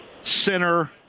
center